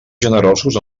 generosos